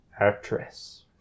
Actress